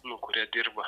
nu kurie dirba